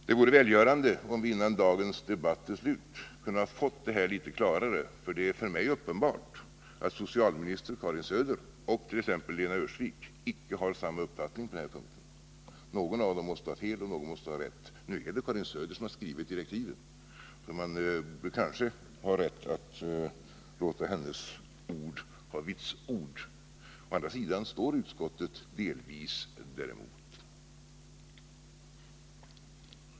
Det vore välgörande om vi innan dagens debatt avslutats kunnat få något större klarhet i detta avseende. Det är för mig uppenbart att socialministern Karin Söder och t.ex. Lena Öhrsvik icke har samma uppfattning på denna punkt. Någon av dem måste ha fel och den andra rätt. Nu är det Karin Söder som har skrivit direktiven, och man bör därför kanske ha rätt att låta hennes uppfattning äga vitsord. Å andra sidan står utskottet delvis däremot.